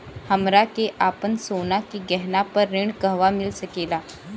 हमरा के आपन सोना के गहना पर ऋण कहवा मिल सकेला?